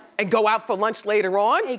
and go out for lunch later on.